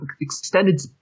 extended